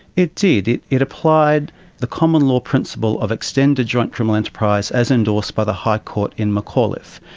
it did, it it applied the common law principle of extended joint criminal enterprise as endorsed by the high court in mcauliffe.